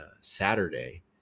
Saturday